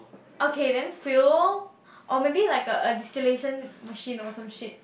okay then failed or maybe like a distillation machine or some ship